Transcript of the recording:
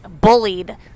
bullied